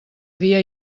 dia